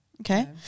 Okay